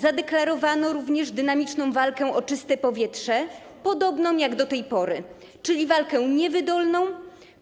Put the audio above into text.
Zadeklarowano również dynamiczną walkę o czyste powietrze, podobną jak do tej pory, czyli walkę niewydolną,